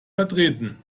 vertreten